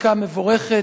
פסיקה מבורכת,